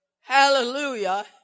Hallelujah